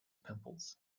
pimples